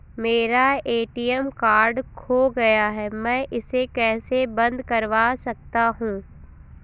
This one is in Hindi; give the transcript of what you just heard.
मेरा ए.टी.एम कार्ड खो गया है मैं इसे कैसे बंद करवा सकता हूँ?